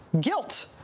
guilt